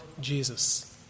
Jesus